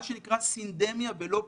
מה שנקרא סינדמיה ולא פנדמיה.